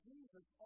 Jesus